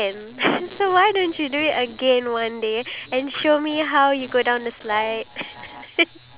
my type of fun is travelling the world because we are given this world to live in